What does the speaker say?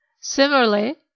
Similarly